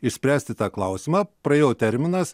išspręsti tą klausimą praėjo terminas